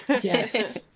Yes